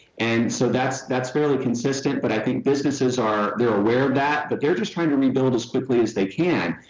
and so that's that's fairly consistent but i think businesses are they're aware of that but they're just trying to re-build as quickly as they can.